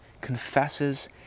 confesses